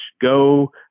Go